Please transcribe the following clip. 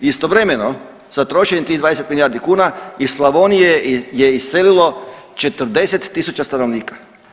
Istovremeno sa trošenjem tih 20 milijardi kuna iz Slavonije je iselilo 40 tisuća stanovnika.